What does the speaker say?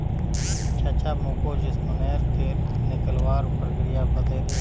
चाचा मोको जैस्मिनेर तेल निकलवार प्रक्रिया बतइ दे